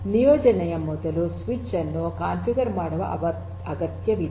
ನಿಯೋಜನೆಯ ಮೊದಲು ಸ್ವಿಚ್ ಅನ್ನು ಕಾನ್ಫಿಗರ್ ಮಾಡುವ ಅಗತ್ಯವಿಲ್ಲ